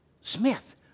Smith